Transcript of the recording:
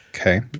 Okay